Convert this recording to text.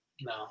No